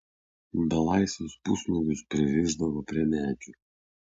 belaisvius pusnuogius pririšdavo prie medžių